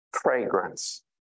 fragrance